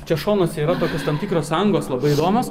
čia šonuose yra tokios tam tikros angos labai įdomios